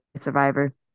Survivor